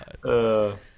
God